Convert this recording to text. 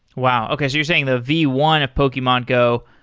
wow! okay. so you're saying, the v one of pokemon go,